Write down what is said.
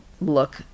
look